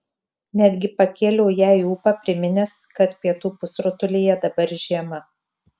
netgi pakėliau jai ūpą priminęs kad pietų pusrutulyje dabar žiema